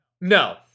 No